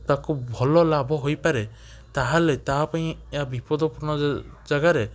ତାକୁ ଭଲ ଲାଭ ହୋଇପାରେ ତା'ହେଲେ ତା'ପାଇଁ ଏହା ବିପଦପୂର୍ଣ୍ଣ ଜାଗାରେ